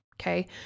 okay